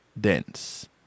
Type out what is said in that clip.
dense